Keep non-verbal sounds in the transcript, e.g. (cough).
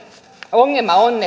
ongelma on (unintelligible)